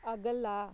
ਅਗਲਾ